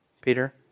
Peter